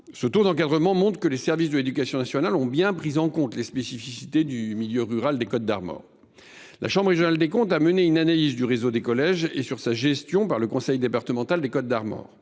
Ce taux d’encadrement montre que les services de l’éducation nationale ont bien pris en compte les spécificités du milieu rural des Côtes d’Armor. La chambre régionale des comptes a mené une analyse du réseau des collèges et de sa gestion par le conseil départemental. Elle a